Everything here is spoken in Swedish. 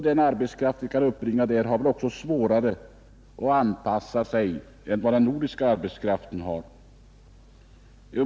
Den arbetskraft vi kan uppbringa där har väl också svårare att anpassa sig i vårt land än vad den nordiska arbetskraften har.